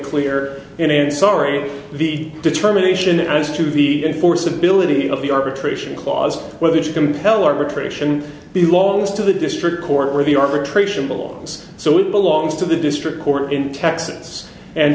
clear and sorry the determination as to the enforceability of the arbitration clause whether to compel arbitration the law as to the district court or the arbitration belongs so it belongs to the district court in texas and